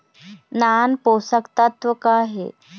नान पोषकतत्व का हे?